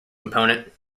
component